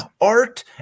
Art